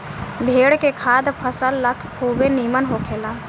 भेड़ के खाद फसल ला खुबे निमन होखेला